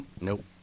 Nope